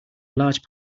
large